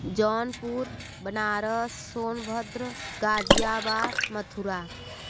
Jaunpur Banaras Sonbhadra Ghaziabad Mathura